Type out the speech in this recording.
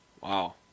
Wow